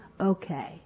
okay